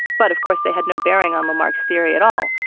but of course they had no bearing on lamarck's theory at all,